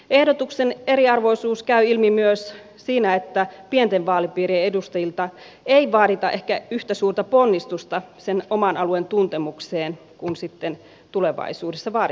ehdotuksen eriarvoisuus käy ilmi myös siinä että pienten vaalipiirien edustajilta ei vaadita ehkä yhtä suurta ponnistusta sen oman alueen tuntemukseen kuin sitten tulevaisuudessa vaadittaisiin